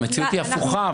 המציאות היא הפוכה.